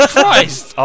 Christ